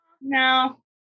No